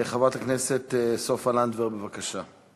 חברת הכנסת סופה לנדבר, בבקשה.